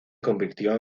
convirtió